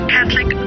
Catholic